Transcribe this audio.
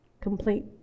complete